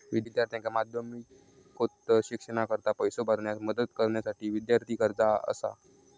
विद्यार्थ्यांका माध्यमिकोत्तर शिक्षणाकरता पैसो भरण्यास मदत करण्यासाठी विद्यार्थी कर्जा असा